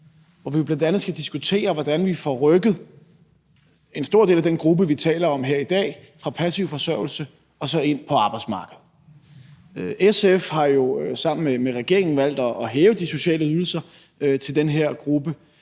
hvor vi jo bl.a. skal diskutere, hvordan vi får rykket en stor del af den gruppe, vi taler om her i dag, fra passiv forsørgelse og ind på arbejdsmarkedet. SF har jo sammen med regeringen valgt at hæve de sociale ydelser til den her gruppe.